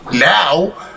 Now